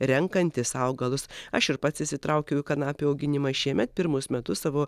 renkantis augalus aš ir pats įsitraukiau į kanapių auginimą šiemet pirmus metus savo